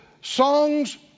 songs